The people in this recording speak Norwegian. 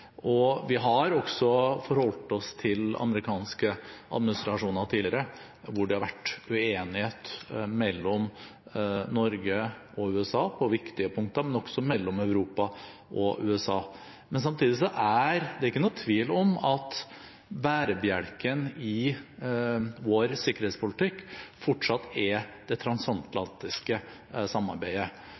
dette. Vi har også tidligere forholdt oss til amerikanske administrasjoner hvor det har vært uenighet mellom Norge og USA på viktige punkter, men også mellom Europa og USA. Samtidig er det ikke noen tvil om at bærebjelken i vår sikkerhetspolitikk fortsatt er det transatlantiske samarbeidet.